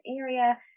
area